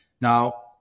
Now